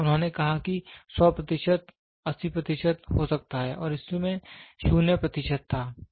तो उन्होंने कहा कि 100 प्रतिशत 80 प्रतिशत हो सकता है और इसमें 0 प्रतिशत था